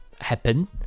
happen